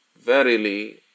Verily